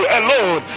alone